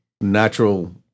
natural